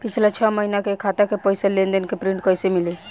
पिछला छह महीना के खाता के पइसा के लेन देन के प्रींट कइसे मिली?